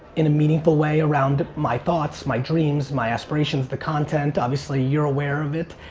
in a meaningful way around my thoughts, my dreams, my aspirations, the content, obviously, you're aware of it,